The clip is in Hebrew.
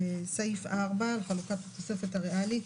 סעיף 4, חלוקת התוספת הריאלית.